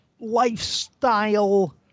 lifestyle